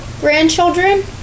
grandchildren